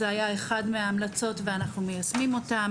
זה היה אחד מההמלצות ואנחנו מיישמים אותם